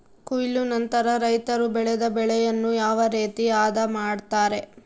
ಕೊಯ್ಲು ನಂತರ ರೈತರು ಬೆಳೆದ ಬೆಳೆಯನ್ನು ಯಾವ ರೇತಿ ಆದ ಮಾಡ್ತಾರೆ?